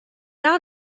out